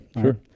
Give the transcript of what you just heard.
sure